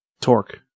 Torque